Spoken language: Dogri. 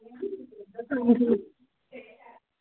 हां जी